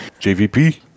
JVP